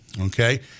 okay